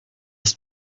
hast